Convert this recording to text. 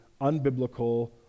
unbiblical